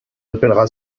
appellera